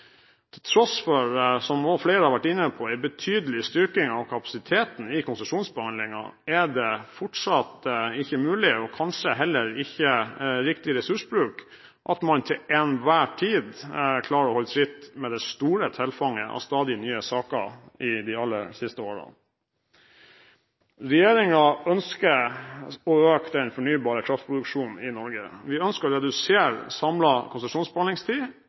Som flere også har vært inne på, er det, til tross for en betydelig styrking av kapasiteten i konsesjonsbehandlingen, fortsatt ikke mulig – og det er kanskje heller ikke riktig ressursbruk – at man til enhver tid klarer å holde tritt med det store tilfanget av stadig nye saker de aller siste årene. Regjeringen ønsker å øke den fornybare kraftproduksjonen i Norge. Vi ønsker å redusere samlet konsesjonsbehandlingstid,